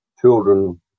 children